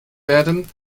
werden